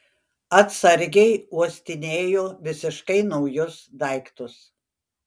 atsargiai uostinėju visiškai naujus daiktus